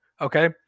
Okay